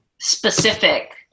specific